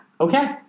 Okay